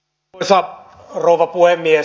arvoisa rouva puhemies